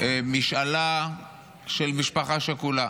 משאלה של משפחה שכולה,